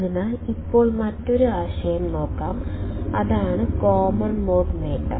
അതിനാൽ ഇപ്പോൾ മറ്റൊരു ആശയം നോക്കാം അതാണ് കോമൺ മോഡ് നേട്ടം